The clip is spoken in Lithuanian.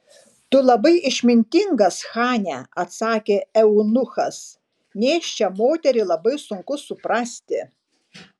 tu labai išmintingas chane atsakė eunuchas nėščią moterį labai sunku suprasti